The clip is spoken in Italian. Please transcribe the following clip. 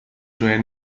suoi